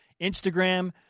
Instagram